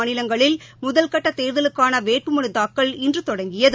மாநிலங்களில் முதல்கட்ட தேர்தலுக்கான வேட்புமனு தாக்கல் இன்று தொடங்கியது